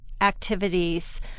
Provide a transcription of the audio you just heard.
activities